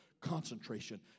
concentration